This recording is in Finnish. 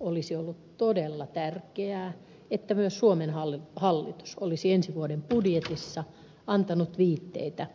olisi ollut todella tärkeää että myös suomen hallitus olisi ensi vuoden budjetissa antanut viitteitä